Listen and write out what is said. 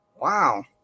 Wow